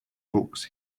books